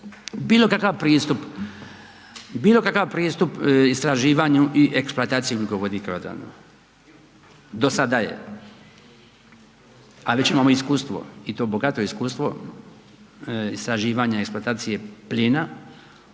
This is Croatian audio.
bilo kakav pristup istraživanju i eksploataciji ugljikovodika na Jadranu do sada je a već imamo iskustvo i to bogato iskustvo istraživanja i eksploatacije plina